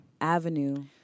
avenue